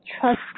trust